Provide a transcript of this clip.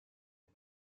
aux